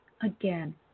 Again